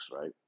right